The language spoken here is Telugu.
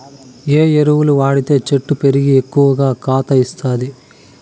ఏ ఎరువులు వాడితే చెట్టు పెరిగి ఎక్కువగా కాత ఇస్తుంది?